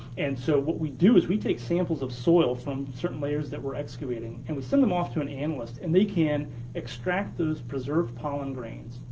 and so what we do is we take samples of soil from certain layers that we're excavating and we send them off to an analyst, and they can extract those preserved pollen grains.